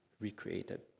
recreated